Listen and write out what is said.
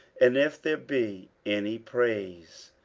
and if there be any praise,